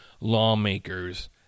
lawmakers